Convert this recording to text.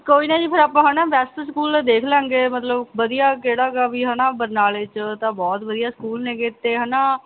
ਕੋਈ ਨਾ ਜੀ ਫਿਰ ਆਪਾਂ ਹੈ ਨਾ ਬੈਸਟ ਸਕੂਲ ਦੇਖ ਲਾਂਗੇ ਮਤਲਬ ਵਧੀਆ ਕਿਹੜਾ ਗਾ ਵੀ ਹੈ ਨਾ ਬਰਨਾਲੇ 'ਚ ਤਾਂ ਬਹੁਤ ਵਧੀਆ ਸਕੂਲ ਨੇਗੇ ਅਤੇ ਹੈ ਨਾ